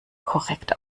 korrekt